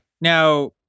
Now